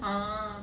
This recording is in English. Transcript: orh